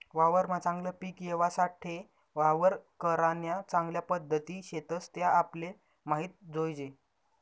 वावरमा चागलं पिक येवासाठे वावर करान्या चांगल्या पध्दती शेतस त्या आपले माहित जोयजे